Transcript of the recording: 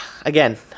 again